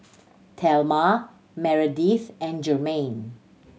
Thelma Meredith and Jermaine